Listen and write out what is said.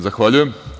Zahvaljujem.